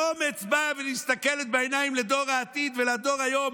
באומץ היא באה ומסתכלת בעיניים לדור העתיד ולדור היום